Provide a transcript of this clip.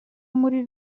muri